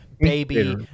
baby